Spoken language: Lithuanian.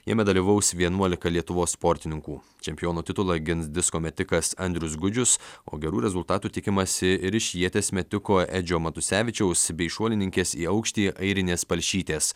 jame dalyvaus vienuolika lietuvos sportininkų čempiono titulą gins disko metikas andrius gudžius o gerų rezultatų tikimasi ir iš ieties metiko edžio matusevičiaus bei šuolininkės į aukštį airinės palšytės